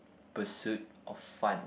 pursuit of fun